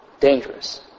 Dangerous